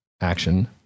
Action